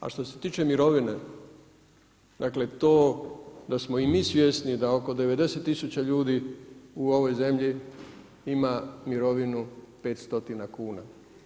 A što se tiče mirovine, dakle, to da smo i mi svjesni da oko 90000 ljudi u ovoj zemlji ima mirovinu 500 kn.